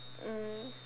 um